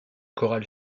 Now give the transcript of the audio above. choral